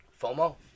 FOMO